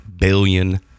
billion